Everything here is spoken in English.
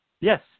Yes